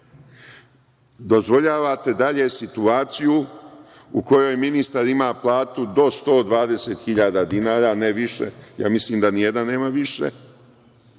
Dozvoljavate dalje situaciju u kojoj ministar ima platu do 120.000 dinara, ne više, ja mislim da ni jedan nema više,